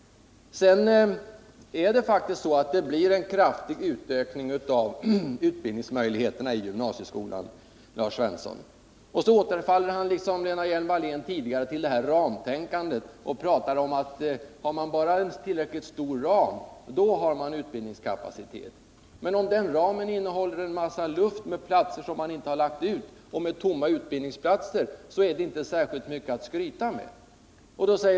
Sedan är det faktiskt så att det blir en kraftig utökning av utbildningsmöjligheterna i gymnasieskolan, Lars Svensson! Så återfaller Lars Svensson, liksom Lena Hjelm-Wallén tidigare, i ramtänkandet och pratar om att har man bara en tillräckligt stor ram, då har man utbildningskapacitet. Men om den ramen innehåller en massa luft — platser som man inte har lagt ut och tomma utbildningsplatser — så är det inte särskilt mycket att skryta med.